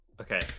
Okay